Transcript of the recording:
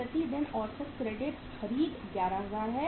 प्रति दिन औसत क्रेडिट खरीद 11000 है